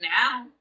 now